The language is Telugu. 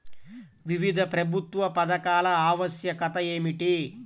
వివిధ ప్రభుత్వ పథకాల ఆవశ్యకత ఏమిటీ?